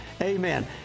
Amen